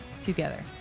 together